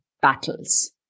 battles